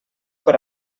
per